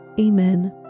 Amen